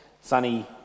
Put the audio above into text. sunny